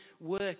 work